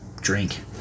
drink